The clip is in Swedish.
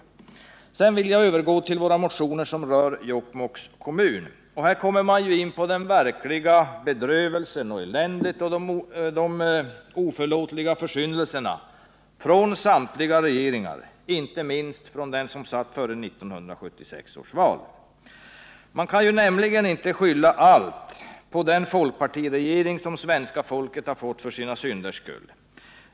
Torsdagen den Sedan vill jag övergå till våra motioner som rör Jokkmokks kommun. Här 10 maj 1979 kommer man in på den verkliga bedrövelsen och de oförlåtliga försyndelserna från samtliga regeringar, inte minst den som satt före 1976 års val. Man kan nämligen inte skylla allt på den folkpartiregering som svenska folket har fått för sina synders skull.